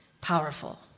powerful